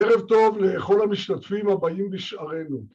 ‫ערב טוב לכל המשתתפים ‫הבאים בשערנו.